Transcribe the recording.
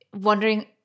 wondering